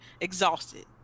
exhausted